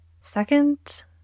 Second